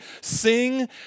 sing